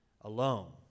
alone